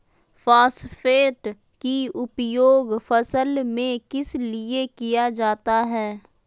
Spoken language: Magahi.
फॉस्फेट की उपयोग फसल में किस लिए किया जाता है?